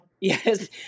yes